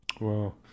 Wow